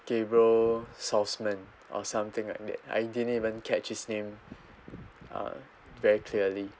gabriel saussman or something like that I didn't even catch his name uh very clearly